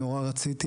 נורא רציתי,